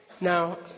Now